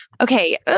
okay